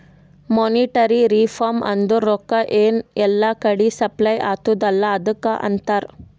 monetary reform ಅಂದುರ್ ರೊಕ್ಕಾ ಎನ್ ಎಲ್ಲಾ ಕಡಿ ಸಪ್ಲೈ ಅತ್ತುದ್ ಅಲ್ಲಾ ಅದುಕ್ಕ ಅಂತಾರ್